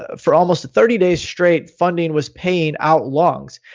ah for almost thirty days straight funding was paying out logs.